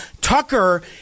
Tucker